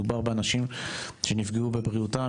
מדובר באנשים שנפגעו בבריאותם,